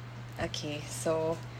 okay so